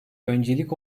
öncelik